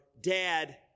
Dad